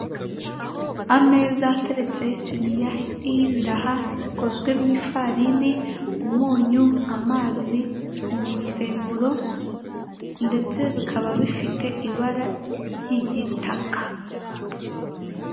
Ameza ateretseho isiniya iriho ibiraha bikozwe mu ifarini, umunyu, amazi, umusemburo ndetse bikaba bifite ibara ry'igitaka.